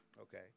Okay